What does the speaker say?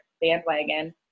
bandwagon